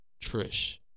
Trish